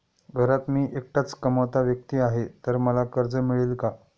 घरात मी एकटाच कमावता व्यक्ती आहे तर मला कर्ज मिळेल का?